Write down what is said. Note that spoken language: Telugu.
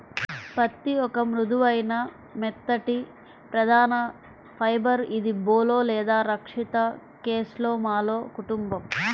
పత్తిఒక మృదువైన, మెత్తటిప్రధానఫైబర్ఇదిబోల్ లేదా రక్షిత కేస్లోమాలో కుటుంబం